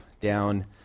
down